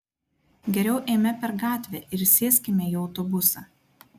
geriau eime per gatvę ir sėskime į autobusą